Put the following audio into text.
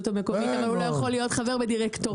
המקומית אבל לא יכול להיות חבר בדירקטוריון?